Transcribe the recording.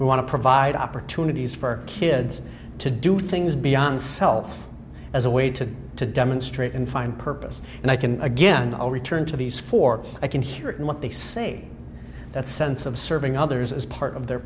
we want to provide opportunities for kids to do things beyond self as a way to to demonstrate and find purpose and i can again i'll return to these four i can hear and what they say that sense of serving others as part of their